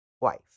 wife